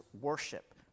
worship